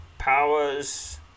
Powers